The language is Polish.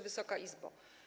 Wysoka Izbo!